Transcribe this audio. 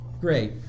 Great